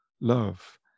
love